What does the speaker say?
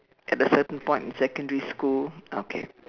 at a certain point in secondary school okay